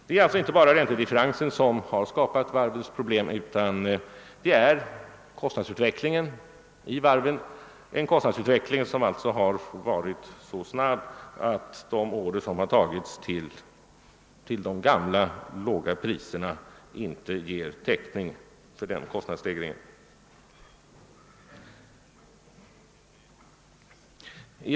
Det är alltså inte bara räntedifferensen som skapat varvens problem utan det är kostnadsutvecklingen vid varven. Denna har varit så snabb att de order som tagits till de gamla låga priserna inte ger täckning för denna kostnadsstegring.